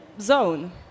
zone